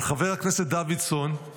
אבל חבר הכנסת דוידסון,